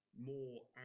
more